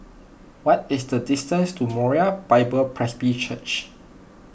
what is the distance to Moriah Bible Presby Church